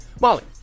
Molly